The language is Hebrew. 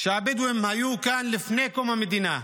שהבדואים היו כאן לפני קום המדינה,